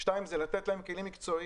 ולתת להם כלים מקצועיים.